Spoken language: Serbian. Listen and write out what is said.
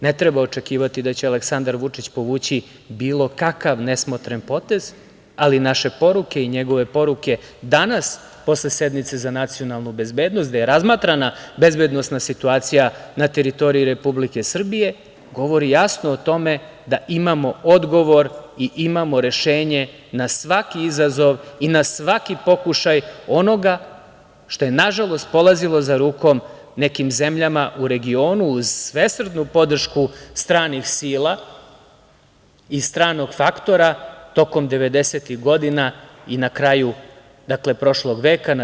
Ne treba očekivati da će Aleksandar Vučić povući bilo kakav nesmotren potez, ali naše poruke i njegove poruke danas posle sednice za nacionalnu bezbednost, gde je razmatrana bezbednosna situacija na teritoriji Republike Srbije, govori jasno o tome da imamo odgovor i imamo rešenje na svaki izazov i na svaki pokušaj onoga što je nažalost polazilo za rukom nekim zemljama u regionu uz svesrdnu podršku stranih sila i stranih faktora tokom devedesetih godina i na kraju prošlog veka.